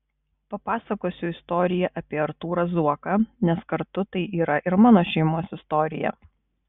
papasakosiu istoriją apie artūrą zuoką nes kartu tai yra ir mano šeimos istorija